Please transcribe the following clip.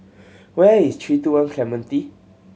where is Three Two One Clementi